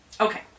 Okay